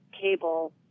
cable